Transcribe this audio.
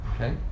Okay